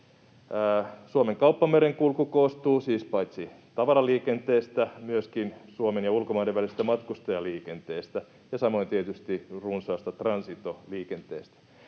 Suomen kauppamerenkulku koostuu siis paitsi tavaraliikenteestä myöskin Suomen ja ulkomaiden välisestä matkustajaliikenteestä ja samoin tietysti runsaasta transitoliikenteestä.